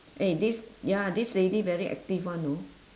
eh this ya this lady very active [one] you know